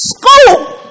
school